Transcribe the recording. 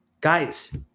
Guys